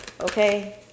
Okay